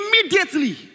immediately